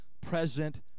present